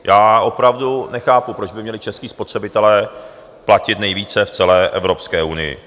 Já opravdu nechápu, proč by měli čeští spotřebitelé platit nejvíce v celé Evropské unii.